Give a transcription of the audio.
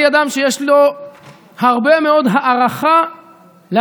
אני אדם שיש לו הרבה מאוד הערכה לאנשים